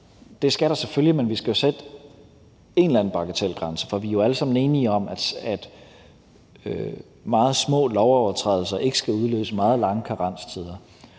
Det skal der selvfølgelig, men vi skal jo sætte en eller anden bagatelgrænse, for vi er alle sammen enige om, at meget små lovovertrædelser ikke skal udløse meget lange karenstider.